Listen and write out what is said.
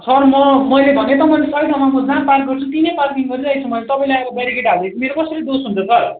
sir म मैले भने त मैले सही ठाउँमा जहाँ पार्क गर्छु तिनै पार्किङ गरिरहेको छु मैले तपाईँले आएर बेरिकेड हालिदिए पछि मेरो कसरी दोष हुन्छ सर